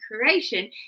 creation